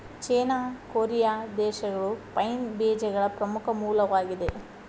ಚೇನಾ, Korea ದೇಶಗಳು pine ಬೇಜಗಳ ಪ್ರಮುಖ ಮೂಲವಾಗಿದೆ